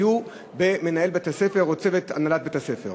היה בידי מנהל בית-הספר או צוות הנהלת בית-הספר.